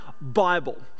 Bible